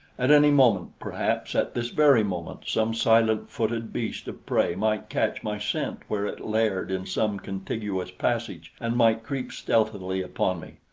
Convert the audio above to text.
at any moment, perhaps at this very moment, some silent-footed beast of prey might catch my scent where it laired in some contiguous passage, and might creep stealthily upon me.